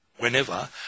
Whenever